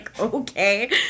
okay